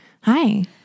Hi